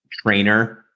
trainer